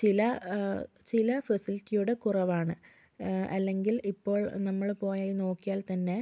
ചില ചില ഫെസിലിറ്റി അവിടെ കുറവാണ് അല്ലെങ്കിൽ ഇപ്പോൾ നമ്മൾ പോയി നോക്കിയാൽ തന്നെ